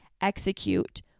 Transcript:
execute